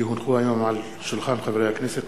כי הונחו היום על שולחן הכנסת,